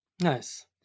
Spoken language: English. Nice